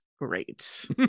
great